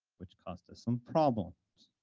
which caused us some problems,